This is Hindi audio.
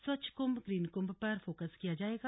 स्वच्छ कुम्भ ग्रीन कुम्भ पर फोकस किया जायेगा